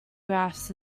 graphs